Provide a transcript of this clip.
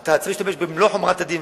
אתה צריך להשתמש במלוא חומרת הדין,